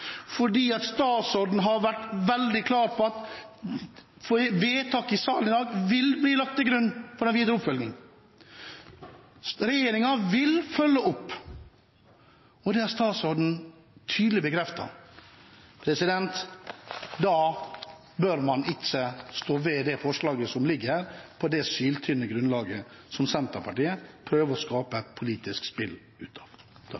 fordi statsråden har vært veldig klar på at vedtaket i salen i dag vil bli lagt til grunn for den videre oppfølgingen. Regjeringen vil følge opp, det har statsråden tydelig bekreftet. Da bør man ikke stå ved det forslaget som ligger her, på det syltynne grunnlaget som Senterpartiet prøver å skape et politisk spill av.